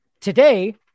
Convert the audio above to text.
Today